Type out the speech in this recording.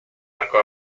arco